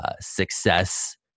Success